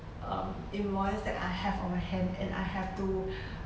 um invoice that I have on my hand and I have to